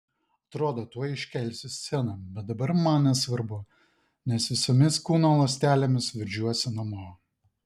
atrodo tuoj iškelsiu sceną bet dabar man nesvarbu nes visomis kūno ląstelėmis veržiuosi namo